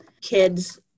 Kids